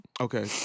Okay